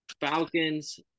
Falcons